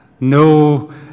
No